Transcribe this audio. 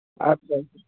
আচ্ছা